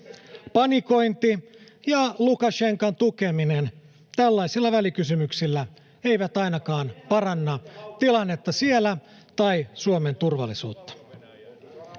Panikointi ja Lukašenkan tukeminen tällaisilla välikysymyksillä eivät ainakaan paranna tilannetta siellä tai Suomen turvallisuutta.